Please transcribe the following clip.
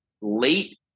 late